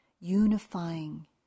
unifying